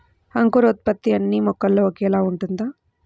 అంకురోత్పత్తి అన్నీ మొక్కల్లో ఒకేలా ఉంటుందా?